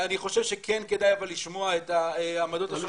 אני חושב שכן כדאי אבל לשמוע את העמדות השונות.